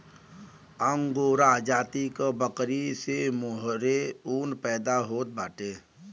angora जाति क बकरी से मोहेर ऊन पैदा होत बाटे